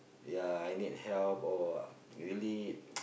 ya I need help or really